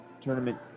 tournament